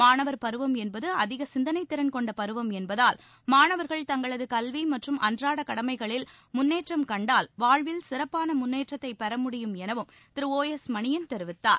மாணவர் பருவம் என்பது அதிக சிந்தளைத் திறன் கொண்ட பருவம் என்பதால் மாணவர்கள் தங்களது கல்வி மற்றும் அன்றாடக் கடமைகளில் முன்னேற்றம் கண்டால் வாழ்வில் சிறப்பான முன்னேற்றத்தைப் பெற முடியும் எனவும் திரு ஒ எஸ் மணியன் தெரிவித்தார்